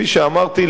כפי שאמרתי,